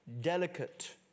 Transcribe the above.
delicate